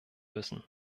müssen